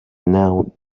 now